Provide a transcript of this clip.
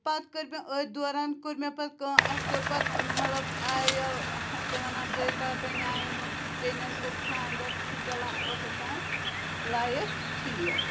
پَتہٕ کٔر مےٚ أتھۍ دوران کوٚر مےٚ پَتہٕ کٲم اَسہِ کوٚر پَتہٕ مطلب آیہِ اَتھ کیاہ وَنان بٲے کاکَنۍ آیہِ مہٕ بیٚنٮ۪ن کوٚر خاندر چھُ چَلان اوٚسہٕ تان لایِف ٹھیٖک